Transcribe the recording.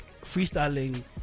Freestyling